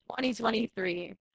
2023